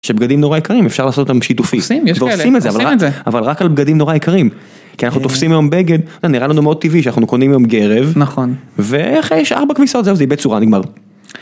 שבגדים נורא יקרים, אפשר לעשות אותם שיתופית. ועושים את זה, אבל רק על בגדים נורא יקרים. כי אנחנו תופסים היום בגד, נראה לנו מאוד טבעי שאנחנו נוקונים היום גרב. נכון. ואחרי ארבע כביסות זהו, זה איבד צורה, נגמר.